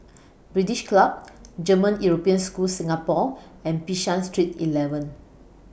British Club German European School Singapore and Bishan Street eleven